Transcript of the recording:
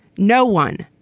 no one,